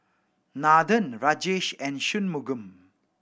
Nathan Rajesh and Shunmugam